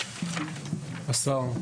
השר,